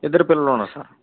ఇద్దరు పిల్లలు ఉన్నారు సార్